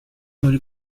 nkuru